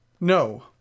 No